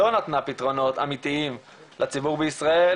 לא נתנה פתרונות אמיתיים לציבור בישראל,